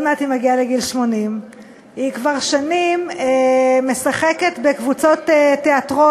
עוד מעט היא מגיעה לגיל 80. היא כבר שנים משחקת בקבוצות תיאטרון,